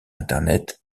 internet